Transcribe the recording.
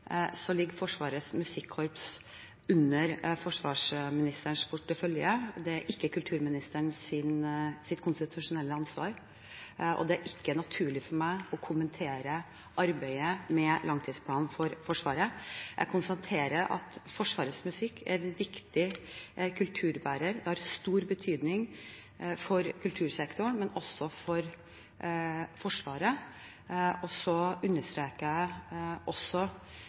ligger Forsvarets musikk under forsvarsministerens portefølje. Dette er ikke kulturministerens konstitusjonelle ansvar, og det er ikke naturlig for meg å kommentere arbeidet med langtidsplanen for Forsvaret. Jeg konstaterer at Forsvarets musikk er en viktig kulturbærer. Det har stor betydning for kultursektoren, men også for Forsvaret. Jeg understreker også at jeg